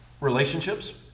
Relationships